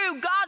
God